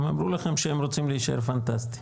הם יאמרו לכם שהם רוצים להישאר פנטסטיים.